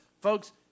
Folks